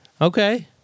Okay